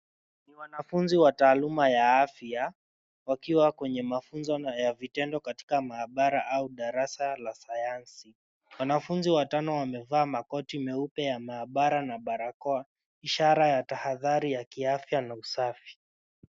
Ni wanafunzi wa taaluma ya afya, wakiwa kwenye mafunzo ya vitendo katika maabara au darasa la sayansi. Wanafunzi watano wamevaa makoti meupe ya maabara na barakoa, ishara ya tahadhari ya kiafya na usafi.